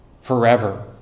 Forever